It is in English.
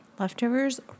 Leftovers